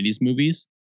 movies